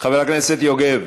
חבר הכנסת יוגב,